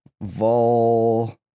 Vol